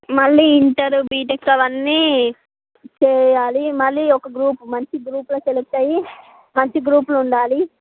మళ్ళీ inter B Tech అవన్నీ చేయాలి మళ్ళీ ఒక గ్రూపు మంచి గ్రూపులో సెలక్ట్ అయ్యి మంచి గ్రూపులు ఉండాలి